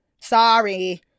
Sorry